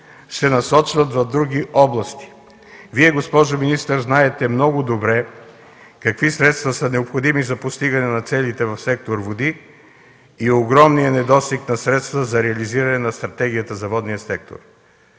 се насочват в други области. Вие, госпожо министър, знаете много добре какви средства са необходими за постигане на целите в сектор „Води” и огромният недостиг на средства за реализиране на стратегията за водния сектор.